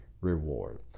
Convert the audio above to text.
reward